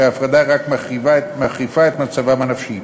שההפרדה רק מחריפה את מצבם הנפשי,